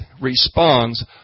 responds